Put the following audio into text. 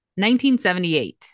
1978